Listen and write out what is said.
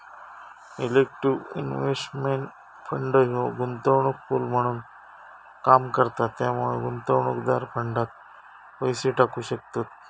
collective investment fund ह्यो गुंतवणूक pool म्हणून काम करता त्यामुळे गुंतवणूकदार फंडात पैसे टाकू शकतत